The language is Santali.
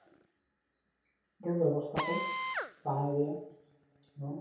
ᱟᱹᱰᱤ ᱛᱮᱫ ᱜᱮ ᱵᱮᱵᱚᱥᱛᱷᱟ ᱠᱚ ᱛᱟᱦᱮᱸ ᱤᱫᱤᱭᱟᱜᱼᱟ ᱮᱵᱚᱝ